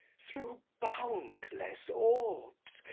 through boundless orbs,